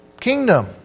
kingdom